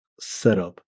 setup